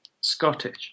Scottish